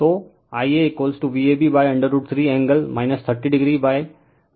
तो IaVab√ 3 angle - 30o Z y हैं